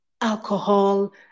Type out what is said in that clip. alcohol